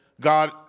God